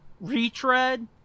retread